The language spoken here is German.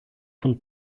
von